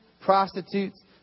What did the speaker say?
prostitutes